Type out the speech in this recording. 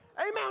Amen